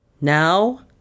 Now